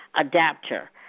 adapter